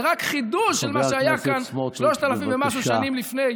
זה רק חידוש של מה שהיה כאן שלושת אלפים ומשהו שנים לפני